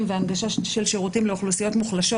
ובהנגשה של שירותים לאוכלוסיות מוחלשות.